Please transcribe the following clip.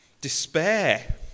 despair